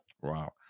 Wow